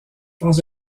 dans